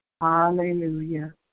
Hallelujah